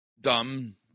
dumb